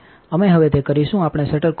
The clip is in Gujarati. તેથી અમે હવે તે કરીશું આપણે શટર ખોલીશું